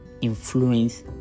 influence